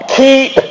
keep